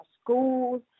schools